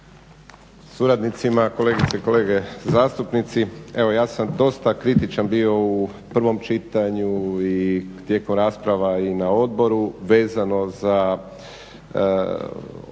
suradnicima, kolegice i kolege zastupnici. Evo ja sam dosta kritičan bio u prvom čitanju i tijekom rasprava i na odboru vezano za ove